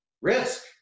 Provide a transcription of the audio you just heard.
risk